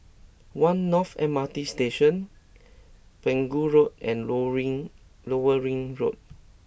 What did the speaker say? One North M R T Station Pegu Road and Lower Ring Lower Ring Road